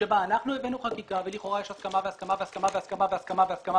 בה אנחנו הבאנו חקיקה ולכאורה יש הסכמה והסכמה והסכמה והסכמה והסכמה,